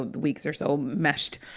the weeks are so meshed.